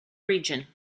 region